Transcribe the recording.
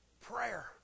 prayer